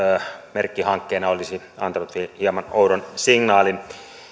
merkkihankkeen ollessa kyseessä olisi antanut hieman oudon signaalin